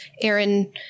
Aaron